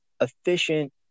efficient